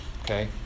Okay